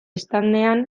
standean